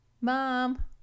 mom